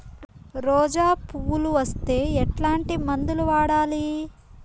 రోజా పువ్వులు వస్తే ఎట్లాంటి మందులు వాడాలి?